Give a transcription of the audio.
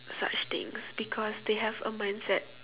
such things because they have a mindset